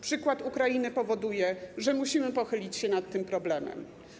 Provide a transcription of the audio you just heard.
Przykład Ukrainy powoduje, że musimy pochylić się nad tym problemem.